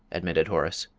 admitted horace.